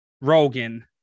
Rogan